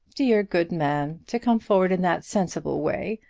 dear, good man! to come forward in that sensible way,